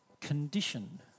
condition